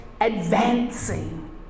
advancing